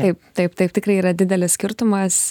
taip taip taip tikrai yra didelis skirtumas